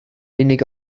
unig